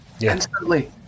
Instantly